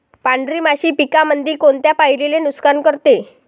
पांढरी माशी पिकामंदी कोनत्या पायरीले नुकसान करते?